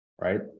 right